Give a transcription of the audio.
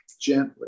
gently